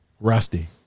Rusty